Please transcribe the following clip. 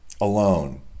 alone